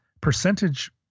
percentage